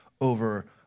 over